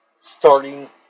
starting